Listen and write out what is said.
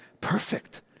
perfect